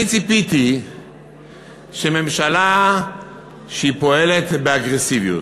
אני ציפיתי שממשלה שפועלת באגרסיביות,